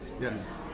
Yes